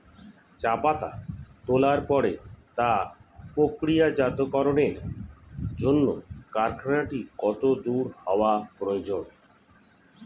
চা পাতা তোলার পরে তা প্রক্রিয়াজাতকরণের জন্য কারখানাটি কত দূর হওয়ার প্রয়োজন?